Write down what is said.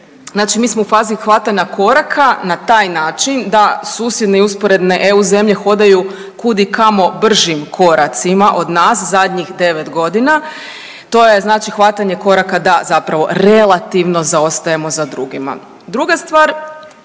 Znači mi smo u fazi hvatanja koraka na taj način da susjedne i usporedne EU zemlje hodaju kud i kamo bržim koracima od nas zadnjih 9 godina. To je znači hvatanje koraka, da zapravo relativno zaostajemo za drugima. Druga stvar,